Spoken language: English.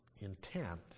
intent